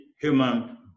human